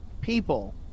people